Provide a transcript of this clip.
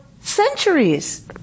centuries